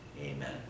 amen